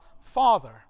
Father